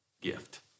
gift